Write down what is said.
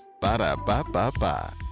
Ba-da-ba-ba-ba